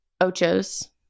Ocho's